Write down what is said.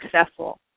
successful